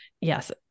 yes